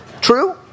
True